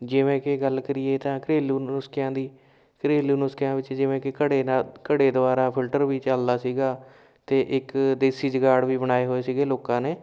ਜਿਵੇਂ ਕਿ ਗੱਲ ਕਰੀਏ ਤਾਂ ਘਰੇਲੂ ਨੁਸਖਿਆਂ ਦੀ ਘਰੇਲੂ ਨੁਸਖਿਆਂ ਵਿੱਚ ਜਿਵੇਂ ਕਿ ਘੜੇ ਨਾਲ ਘੜੇ ਦੁਆਰਾ ਫਿਲਟਰ ਵੀ ਚੱਲਦਾ ਸੀਗਾ ਅਤੇ ਇੱਕ ਦੇਸੀ ਜੁਗਾੜ ਵੀ ਬਣਾਏ ਹੋਏ ਸੀਗੇ ਲੋਕਾਂ ਨੇ